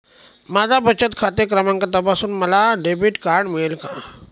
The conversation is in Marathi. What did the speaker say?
माझा बचत खाते क्रमांक तपासून मला डेबिट कार्ड मिळेल का?